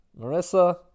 Marissa